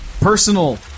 personal